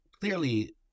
clearly